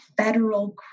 federal